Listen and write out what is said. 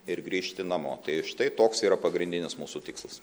ir grįžti namo tai štai toks yra pagrindinis mūsų tikslas